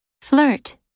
Flirt